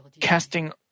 casting